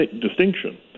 distinction